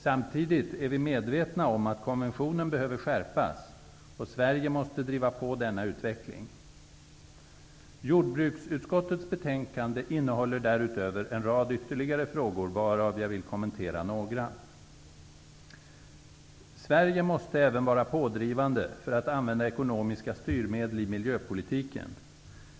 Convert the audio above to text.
Samtidigt är vi medvetna om att konventionen behöver skärpas, och Sverige måste driva på i denna utveckling. Jordbruksutskottets betänkande innehåller därutöver en rad ytterligare frågor, varav jag vill kommentera några. Sverige måste även bli pådrivande när det gäller att använda ekonomiska styrmedel i miljöpolitiken.